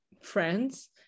friends